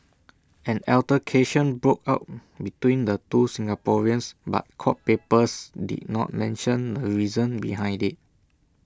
an altercation broke out between the two Singaporeans but court papers did not mention the reason behind IT